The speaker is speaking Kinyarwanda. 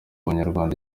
banyarwanda